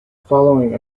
following